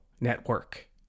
Network